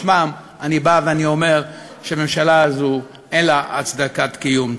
בשמם אני בא ואני אומר שהממשלה הזו אין לה הצדקת קיום.